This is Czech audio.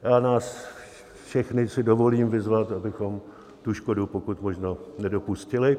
Já si nás všechny dovolím vyzvat, abychom tu škodu pokud možno nedopustili.